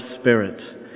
Spirit